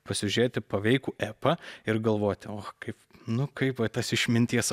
pasižiūrėti paveikų epą ir galvoti o kaip nu kaip tas išminties